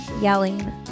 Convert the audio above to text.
Yelling